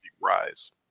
rise